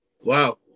Wow